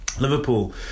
Liverpool